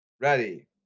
Ready